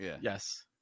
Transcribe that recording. Yes